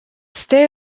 stay